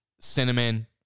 cinnamon